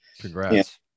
congrats